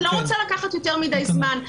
אני לא רוצה לקחת יותר מדי זמן.